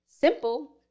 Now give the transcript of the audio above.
simple